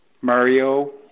Mario